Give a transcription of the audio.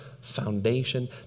foundation